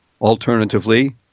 alternatively